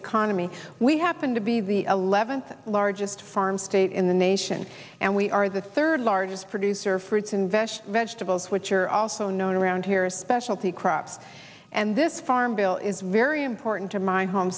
economy we happen to be the eleventh largest farm state in the nation and we are the third largest producer fruits and vegetables which are also known around here as specialty crops and this farm bill is very important to my home